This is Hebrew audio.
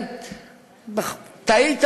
טעית